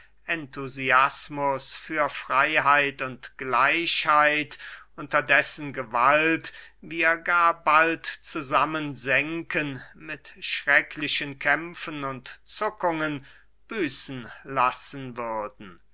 enthusiasmus für freyheit und gleichheit unter dessen gewalt wir gar bald zusammen sänken mit schrecklichen krämpfen und zuckungen büßen lassen würden